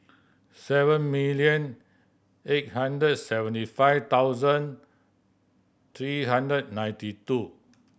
seven million eight hundred seventy five thousand three hundred ninety two